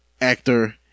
actor